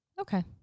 okay